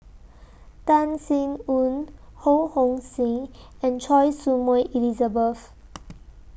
Tan Sin Aun Ho Hong Sing and Choy Su Moi Elizabeth